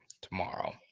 tomorrow